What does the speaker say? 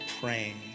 praying